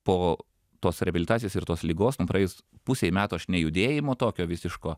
po tos reabilitacijos ir tos ligos nu praėjus pusei metų aš nejudėjimo tokio visiško